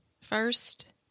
first